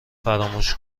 فراموش